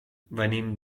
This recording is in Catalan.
venim